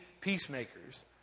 peacemakers